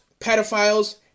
pedophiles